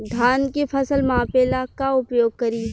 धान के फ़सल मापे ला का उपयोग करी?